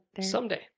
Someday